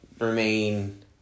remain